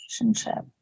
relationship